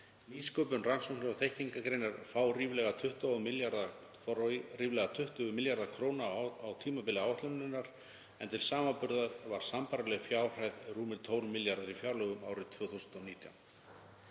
Nýsköpun, rannsóknir og þekkingargreinar fá ríflega 20 milljarða kr. á tímabili áætlunarinnar en til samanburðar var sambærileg fjárhæð rúmir 12 milljarðar í fjárlögum árið 2009.